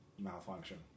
malfunction